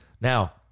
Now